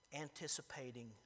anticipating